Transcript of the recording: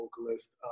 vocalist